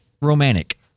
Romantic